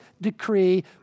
decree